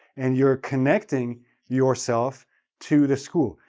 and you're connecting yourself to the school.